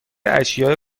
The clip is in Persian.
اشیاء